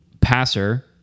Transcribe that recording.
passer